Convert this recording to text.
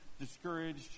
discouraged